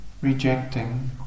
rejecting